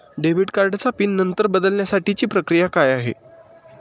Debit कार्डचा pin number बदलण्यासाठीची प्रक्रिया काय आहे?